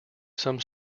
some